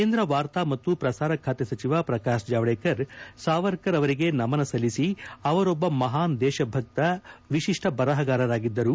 ಕೇಂದ್ರ ವಾರ್ತಾ ಮತ್ತು ಪ್ರಸಾರ ಸಚವ ಪ್ರಕಾಶ್ ಜಾವಡೇಕರ್ ಸಾವರ್ಕರ್ ಅವರಿಗೆ ನಮನ ಸಲ್ಲಿಸಿ ಅವರೊಬ್ಬ ಮಹಾನ್ ದೇಶಭಕ್ತ ವಿಶಿಷ್ಠ ಬರಹಗಾರರಾಗಿದ್ದರು